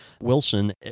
Wilson